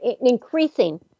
increasing